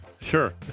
Sure